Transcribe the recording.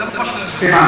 זה מה, כן.